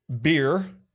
beer